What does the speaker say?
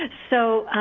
and so,